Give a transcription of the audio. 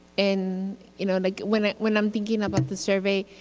and you know like when and when i'm thinking about the survey,